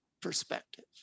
perspective